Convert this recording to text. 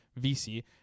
VC